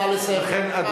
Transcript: נא לסיים.